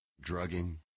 drugging